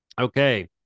Okay